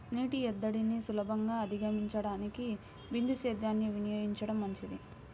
నీటి ఎద్దడిని సులభంగా అధిగమించడానికి బిందు సేద్యాన్ని వినియోగించడం మంచిది